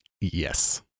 Yes